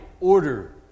order